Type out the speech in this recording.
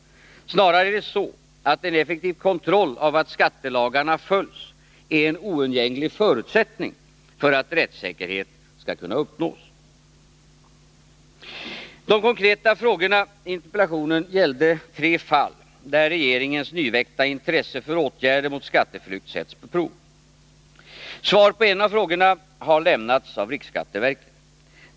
Snarare är det så att en effektiv kontroll av att skattelagarna följs är en oundgänglig förutsättning för att rättssäkerhet skall kunna uppnås. De konkreta frågorna i interpellationen gällde tre fall, där regeringens nyväckta intresse för åtgärder mot skatteflykt sätts på prov. Svar på en av frågorna har lämnats av riksskatteverket.